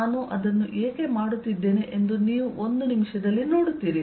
ನಾನು ಅದನ್ನು ಏಕೆ ಮಾಡುತ್ತಿದ್ದೇನೆ ಎಂದು ನೀವು ಒಂದು ನಿಮಿಷದಲ್ಲಿ ನೋಡುತ್ತೀರಿ